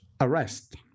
arrest